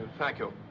thank you.